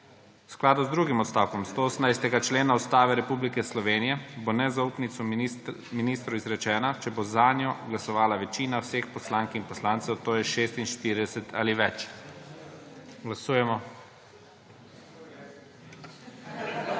skladu z drugim odstavkom 118. člena Ustave Republike Slovenije bo nezaupnica ministru izrečena, če bo zanjo glasovala večina vseh poslank in poslancev, to je 46 ali več. Glasujemo.